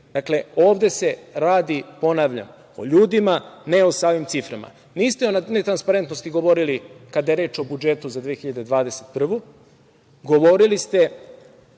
Srbije. Dakle, ovde se radi, ponavljam, o ljudima, ne o samim ciframa. Niste o netransparentnosti govorili kada je reč o budžetu za 2021. Govorili ste